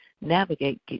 navigate